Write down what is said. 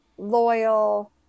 loyal